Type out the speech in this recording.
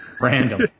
Random